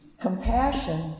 compassion